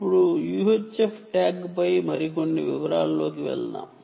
ఇప్పుడు UHF ట్యాగ్పై మరికొన్ని వివరాల్లోకి వెళ్దాం